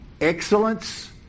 excellence